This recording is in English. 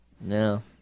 No